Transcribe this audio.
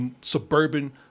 suburban